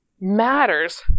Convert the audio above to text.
matters